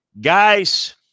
guys